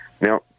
Now